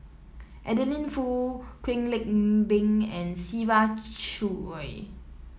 Adeline Foo Kwek Le Ng Beng and Siva Choy